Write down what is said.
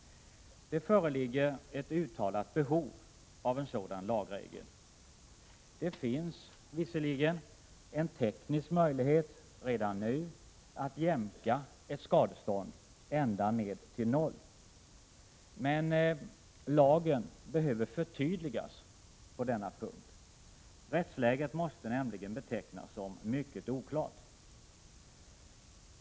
Det föreligger ett uttalat behov av en sådan lagregel. Det finns visserligen en teknisk möjlighet redan nu att jämka ett skadestånd ända ned till noll. Men lagen behöver förtydligas på denna punkt. Rättsläget måste nämligen betecknas som mycket oklart.